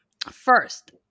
first